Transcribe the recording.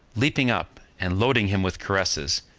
leaping up, and loading him with caresses,